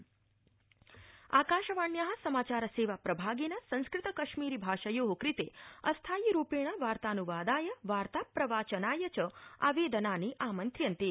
आकाशवाणी विज्ञापनम् आकाशवाण्या समाचार सेवा प्रभागेन संस्कृत कश्मीरिभाषयो कृते अस्थायिरूपेण वार्तानुवादाय वार्ताप्रवाचनाय च आवेदनानि आमन्त्र्यन्ते